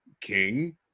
King